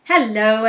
Hello